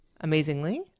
Amazingly